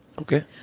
Okay